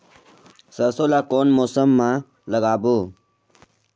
सरसो ला कोन मौसम मा लागबो?